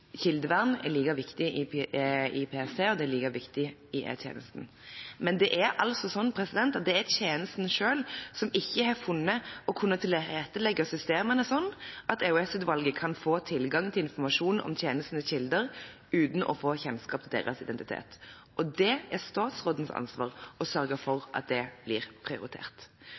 Kildevern er like viktig i PST som i E-tjenesten. Men det er tjenesten selv som ikke har funnet å kunne tilrettelegge systemet slik at EOS-utvalget kan få tilgang til informasjon om tjenestenes kilder uten å få kjennskap til deres identitet, og det er statsrådens ansvar å sørge for at det blir prioritert.